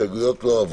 ההסתייגויות לא עברו.